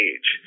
Age